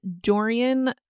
Dorian